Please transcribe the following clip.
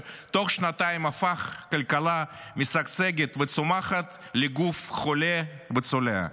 בתוך שנתיים הפך כלכלה משגשגת וצומחת לגוף חולה וצולע,